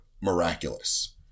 miraculous